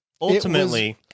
ultimately